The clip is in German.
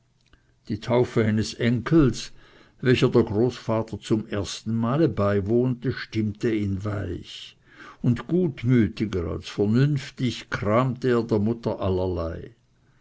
die taufe eines enkels welcher der großvater zum ersten male beiwohnte stimmte ihn weich und gutmütiger als vernünftig kramte er der mutter allerlei